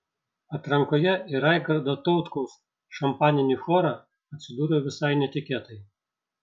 atrankoje į raigardo tautkaus šampaninį chorą atsidūriau visai netikėtai